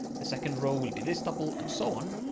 the second row will be this tuple and so on.